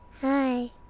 Hi